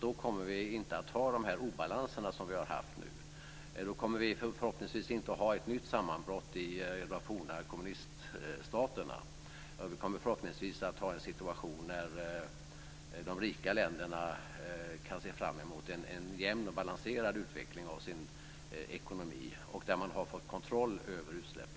Då kommer vi inte att ha de här obalanserna. Då kommer vi förhoppningsvis inte att ha ett nytt sammanbrott i de forna kommuniststaterna. Vi kommer förhoppningsvis att ha en situation där de rika länderna kan se fram emot en jämn och balanserad utveckling av sin ekonomi och där man har fått kontroll över utsläppen.